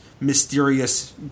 mysterious